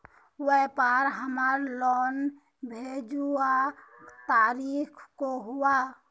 व्यापार हमार लोन भेजुआ तारीख को हुआ?